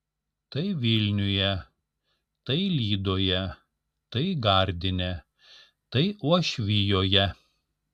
tai vilniuje tai lydoje tai gardine tai uošvijoje